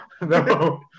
No